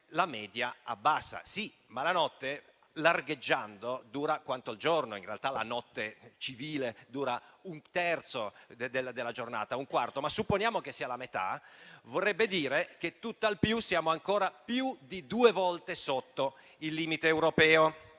la media si abbassa. È vero, ma la notte, largheggiando, dura quanto il giorno. In realtà la notte civile dura un terzo o un quarto della giornata. Ma, se supponiamo che sia la metà, vorrebbe dire che tuttalpiù siamo ancora più di due volte sotto il limite europeo